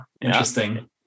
interesting